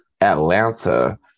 Atlanta